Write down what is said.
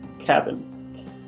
cabin